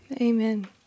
Amen